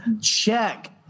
Check